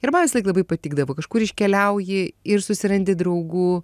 ir man visąlaik labai patikdavo kažkur iškeliauji ir susirandi draugų